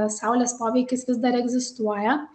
saulės poveikis vis dar egzistuoja